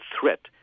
threat